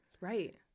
Right